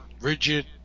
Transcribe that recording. rigid